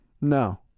No